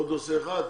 עוד נושא אחד?